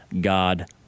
God